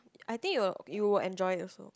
I think you'll you will enjoy also